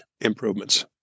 improvements